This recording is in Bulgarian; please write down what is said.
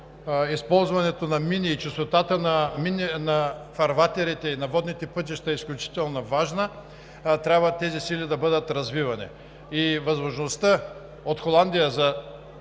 използването на мини и честотата на фарватерите и на водните пътища е изключително важна. Тези сили трябва да бъдат развивани. Възможността да